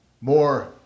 more